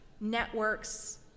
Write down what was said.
networks